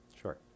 Sure